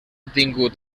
tingut